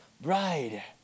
bride